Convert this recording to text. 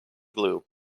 glue